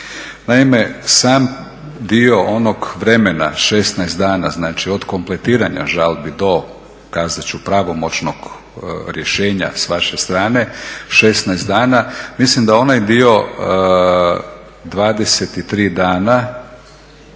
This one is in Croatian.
Naime, sam dio onog vremena 16 dana od kompletiranja žalbi do kazat ću pravomoćnog rješenja s vaše strane, 16 dana mislim da onaj dio 23 dana